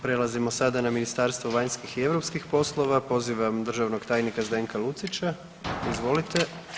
Prelazimo sada na Ministarstvo vanjskih i europskih poslova, pozivam državnog tajnika Zdenka Lucića, izvolite.